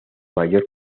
mayor